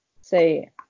say